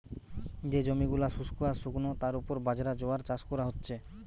যে জমি গুলা শুস্ক আর শুকনো তার উপর বাজরা, জোয়ার চাষ কোরা হচ্ছে